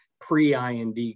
pre-IND